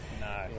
No